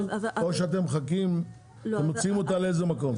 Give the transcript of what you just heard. או שאתם מחכים ומוציאים אותה לאיזה מקום?